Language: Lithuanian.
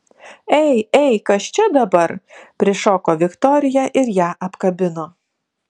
ei ei kas čia dabar prišoko viktorija ir ją apkabino